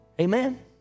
Amen